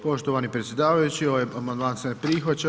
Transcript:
Poštovani predsjedavajući ovaj amandman se ne prihvaća.